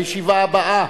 הישיבה הבאה